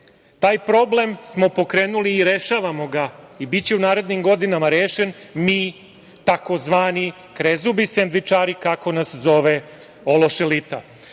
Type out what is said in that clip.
Taj problem smo pokrenuli i rešavamo ga i biće u narednim godinama rešen, mi tzv. „krezubi sendvičari“ kako nas zove ološ elita. Ta